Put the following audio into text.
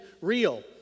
real